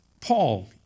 Paul